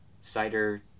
Cider